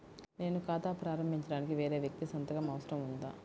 నేను ఖాతా ప్రారంభించటానికి వేరే వ్యక్తి సంతకం అవసరం ఉందా?